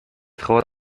trauert